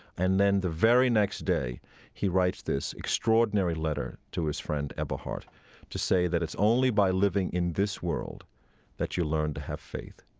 and then the very next day he writes this extraordinary letter to his friend eberhard to say that, it's only by living in this world that you learn to have faith.